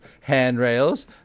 handrails